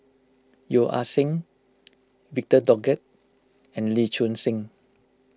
Yeo Ah Seng Victor Doggett and Lee Choon Seng